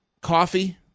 coffee